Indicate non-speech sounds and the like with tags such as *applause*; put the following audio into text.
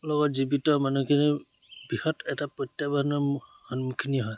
লগত জীৱিত মানুহখিনিৰ বৃহৎ এটা প্ৰত্যাহ্বানৰ *unintelligible* সন্মুখীন হয়